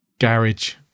garage